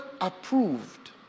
approved